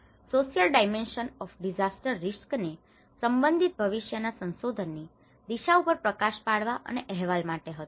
social dimension of disaster risk ને સંબંધિત ભવિષ્યના સંશોધનની દિશા ઉપર પ્રકાશ પાડવા અને અહેવાલ આપવા માટે હતો